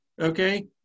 okay